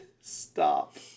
stop